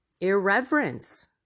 irreverence